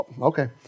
Okay